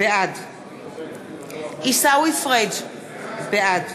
בעד עיסאווי פריג' בעד